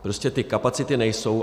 Prostě ty kapacity nejsou.